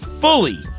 Fully